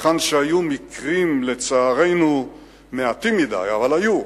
היכן שהיו מקרים, לצערנו מעטים מדי, אבל היו,